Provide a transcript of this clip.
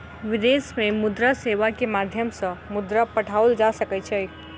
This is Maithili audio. विदेश में मुद्रा सेवा के माध्यम सॅ मुद्रा पठाओल जा सकै छै